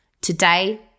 today